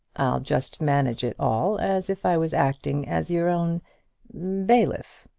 i'll just manage it all as if i was acting as your own bailiff.